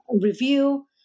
review